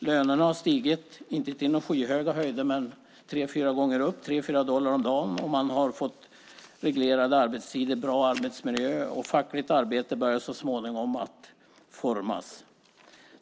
Lönerna har stigit, inte till skyhöga höjder men tre fyra gånger, till 3-4 dollar om dagen och man har fått reglerade arbetstider, bra arbetsmiljö, och fackligt arbete börjar så småningom formas.